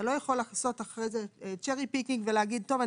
אתה לא יכול לעשות אחרי זה cherry picking ולהגיד טוב,